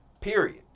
period